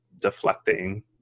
deflecting